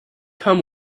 come